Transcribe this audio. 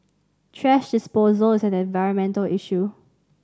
thrash disposal is an environmental issue